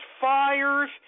fires